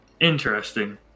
Interesting